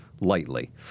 lightly